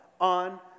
on